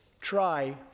try